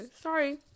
Sorry